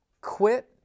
quit